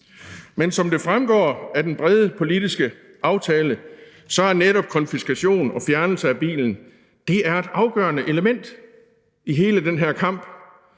Men som det fremgår af den brede politiske aftale, er netop konfiskation og fjernelse af bilen et afgørende element i hele den her kamp,